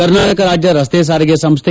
ಕರ್ನಾಟಕ ರಾಜ್ಯ ರಸ್ತೆ ಸಾರಿಗೆ ಸಂಸ್ಥೆ